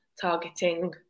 targeting